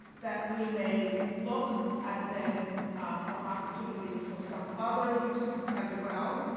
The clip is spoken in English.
that we may look at them for opportunities for some other uses as well,